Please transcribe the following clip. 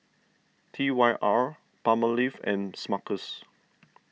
T Y R Palmolive and Smuckers